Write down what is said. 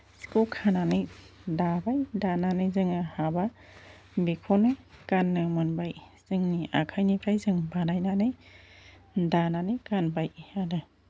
सिखौ खानानै दाबाय दानानै जोङो हाबा बेखौनो गाननो मोनबाय जोंनि आखायनिफ्राय जों बानायनानै दानानै गानबाय आरो